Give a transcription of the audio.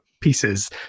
pieces